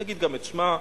נגיד גם את שמה,